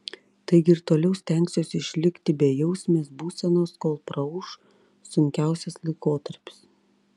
taigi ir toliau stengsiuosi išlikti bejausmės būsenos kol praūš sunkiausias laikotarpis